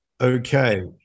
okay